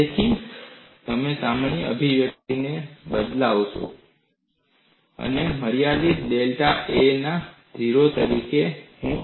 તેથી જો હું તેને સામાન્ય અભિવ્યક્તિમાં બદલી દઉં તો હું આને મર્યાદા ડેલ્ટા A માં 0 તરીકે જોઉં છું